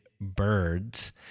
birds